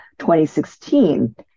2016